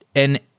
and